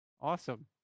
Awesome